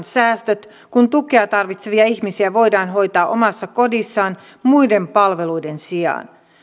säästöt kun tukea tarvitsevia ihmisiä voidaan hoitaa omassa kodissaan muiden palveluiden sijaan